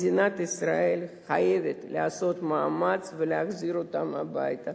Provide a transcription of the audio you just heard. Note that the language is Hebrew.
ומדינת ישראל חייבת לעשות מאמץ ולהחזיר אותם הביתה.